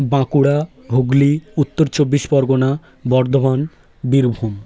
Bankura Hooghly Uttar Chabbish Parganas Bardhaman Birbhum